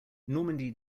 normandy